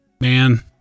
man